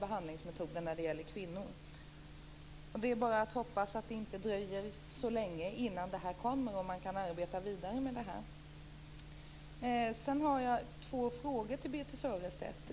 behandlingsmetoder för kvinnor. Det är bara att hoppas att det inte dröjer så länge innan detta kommer och man kan arbeta vidare med detta. Sedan har jag två frågor till Birthe Sörestedt.